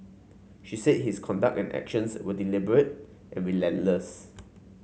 she said his conduct and actions were deliberate and relentless